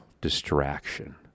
distraction